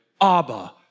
Abba